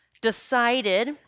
decided